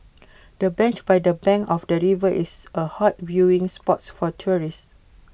the bench by the bank of the river is A hot viewing spots for tourists